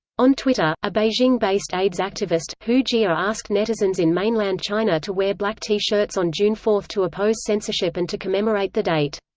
on twitter, a beijing-based aids activist, hu jia asked netizens in mainland china to wear black t-shirts on june four to oppose censorship and to commemorate the date.